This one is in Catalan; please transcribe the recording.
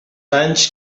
anys